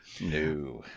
No